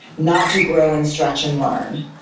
not to grow and stretch and learn,